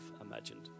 imagined